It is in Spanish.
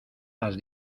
las